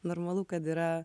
normalu kad yra